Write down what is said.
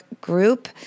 group